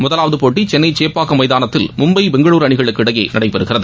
முதலாவது போட்டி சென்னை சேப்பாக்கம் மைதானத்தில் மும்பை பெங்களுரு அணிகளுக்கு இடையே நடைபெறுகிறது